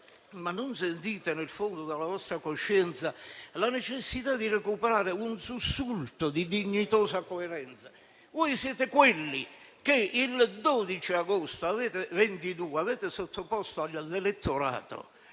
Ma non sentite, nel fondo della vostra coscienza, la necessità di recuperare un sussulto di dignitosa coerenza? Voi siete quelli che il 22 agosto hanno sottoposto all'elettorato